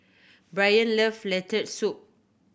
love Lentil Soup